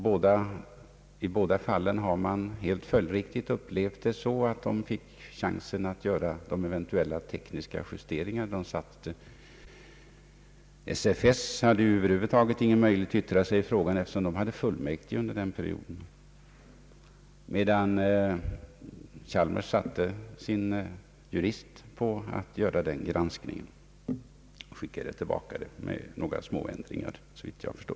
I båda fallen har mottagarna följdriktigt uppfattat situationen så att de fick tillfälle att göra eventuella tekniska justeringar. SFS hade över huvud taget ingen möjlighet att yttra sig i frågan, eftersom man hade fullmäktigesammanträde under perioden i fråga. Chalmers satte sin jurist på att granska utkastet, varefter det skickades tillbaka med några små ändringar, såvitt jag förstår.